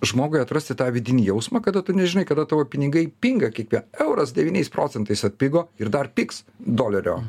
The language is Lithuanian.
žmogui atrasti tą vidinį jausmą kada tu nežinai kada tavo pinigai pinga kiekvie euras devyniais procentais atpigo ir dar pigs dolerio